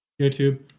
YouTube